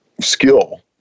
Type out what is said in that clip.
skill